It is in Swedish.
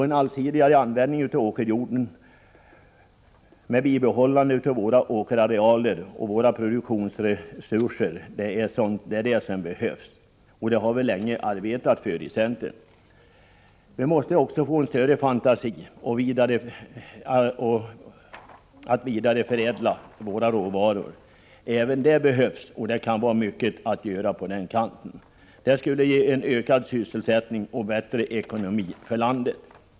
En allsidigare användning av åkerjorden med bibehållande av våra åkerarealer och våra produktionsresurser är det som behövs. Det har vi länge arbetat för inom centern. Vi måste också få större fantasi när det gäller vidareförädling av våra råvaror. Även det behövs, och det kan finnas mycket att göra på den kanten. Det skulle ge ökad sysselsättning och bättre ekonomi för landet.